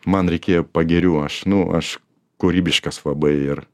man reikėjo pagirių aš nu aš kūrybiškas labai ir